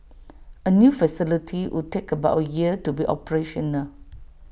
A new facility would take about A year to be operational